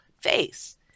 face